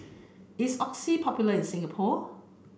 is Oxy popular in Singapore